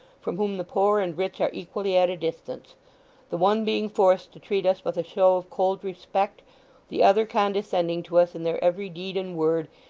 from whom the poor and rich are equally at a distance the one being forced to treat us with a show of cold respect the other condescending to us in their every deed and word,